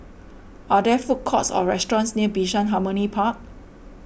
are there food courts or restaurants near Bishan Harmony Park